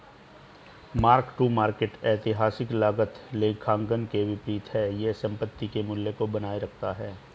mark to market ऐतिहासिक लागत लेखांकन के विपरीत है यह संपत्ति के मूल्य को बनाए रखता है